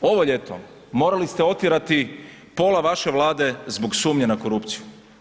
Ovo ljeto morali ste otjerati pola vaše Vlade zbog sumnje na korupciju.